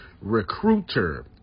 Recruiter